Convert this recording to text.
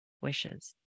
wishes